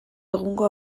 egungo